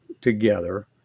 together